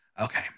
Okay